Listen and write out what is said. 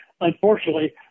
unfortunately